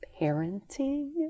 parenting